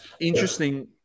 interesting